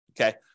okay